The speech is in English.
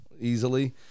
easily